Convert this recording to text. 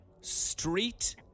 street